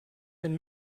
einen